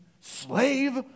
slave